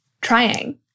trying